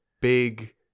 big